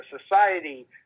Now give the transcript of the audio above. society